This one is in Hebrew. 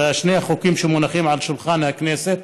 בשני החוקים שמונחים על שולחן הכנסת,